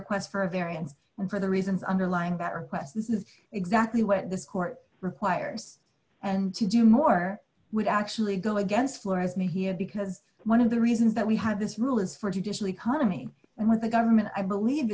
request for a variance and for the reasons underlying that request this is exactly what this court requires and to do more would actually go against floors me here because one of the reasons that we have this rule is for judicial economy and what the government i believe